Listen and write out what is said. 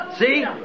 See